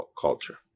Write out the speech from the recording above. culture